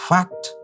Fact